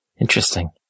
Interesting